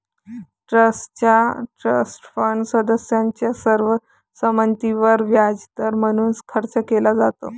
ट्रस्टचा trust fund सदस्यांच्या सर्व संमतीवर व्याजदर म्हणून खर्च केला जातो